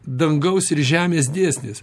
dangaus ir žemės dėsnis